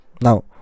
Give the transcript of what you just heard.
now